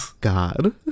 god